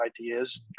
ideas